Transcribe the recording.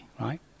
right